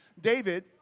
David